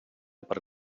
per